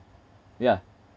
yeah